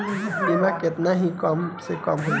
बीमा केतना के कम से कम होई?